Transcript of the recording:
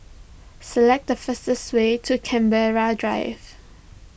select the fastest way to Canberra Drive